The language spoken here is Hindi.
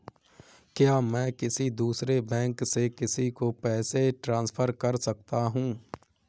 क्या मैं किसी दूसरे बैंक से किसी को पैसे ट्रांसफर कर सकता हूँ?